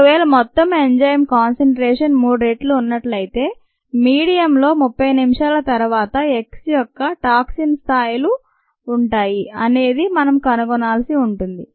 ఒకవేళ మొత్తం enzyme concentration మూడు రెట్లు ఉన్నట్లయితే మీడియం లో 30 నిమిషాల తరువాత X యొక్క టాక్సిన్టాక్సిన్ల స్థాయిలు ఉంటాయి అనేది మనం కనుగొనాల్సి ఉంటుంది